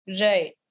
Right